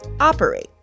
operate